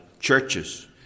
churches